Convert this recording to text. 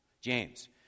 James